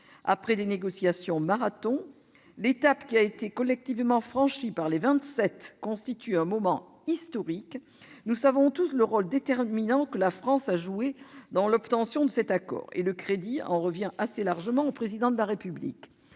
après des négociations marathon. L'étape qui a été collectivement franchie par les Vingt-Sept constitue un moment historique. Nous savons tous le rôle déterminant que la France a joué dans l'obtention de cet accord- le crédit en revient assez largement au Président de la République.